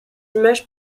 images